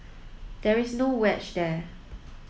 there is no wedge there